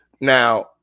Now